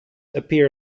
appear